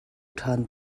ṭhan